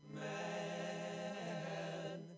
man